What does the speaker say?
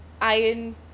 iron